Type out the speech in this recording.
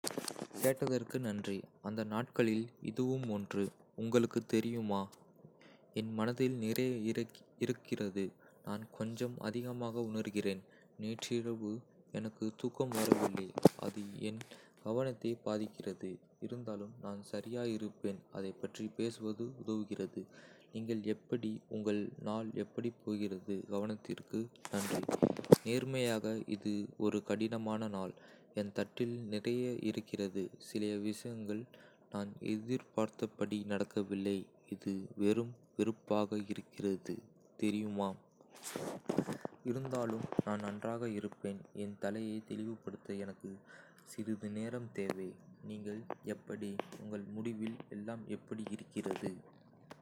கேட்டதற்கு நன்றி. அந்த நாட்களில் இதுவும் ஒன்று, உங்களுக்குத் தெரியுமா? என் மனதில் நிறைய இருக்கிறது, நான் கொஞ்சம் அதிகமாக உணர்கிறேன். நேற்றிரவு எனக்கு தூக்கம் வரவில்லை, அது என் கவனத்தை பாதிக்கிறது. இருந்தாலும் நான் சரியா இருப்பேன். அதைப் பற்றி பேசுவது உதவுகிறது. எப்படி? உங்கள் நாள் எப்படிப் போகிறது. கவனித்ததற்கு நன்றி. நேர்மையாக, இது ஒரு கடினமான நாள். என் தட்டில் நிறைய இருக்கிறது, சில விஷயங்கள் நான் எதிர்பார்த்தபடி நடக்கவில்லை. இது வெறும் வெறுப்பாக இருக்கிறது, தெரியுமா. இருந்தாலும் நான் நன்றாக இருப்பேன். என் தலையை தெளிவுபடுத்த எனக்கு சிறிது நேரம் தேவை. நீங்கள் எப்படி. உங்கள் முடிவில் எல்லாம் எப்படி இருக்கிறது.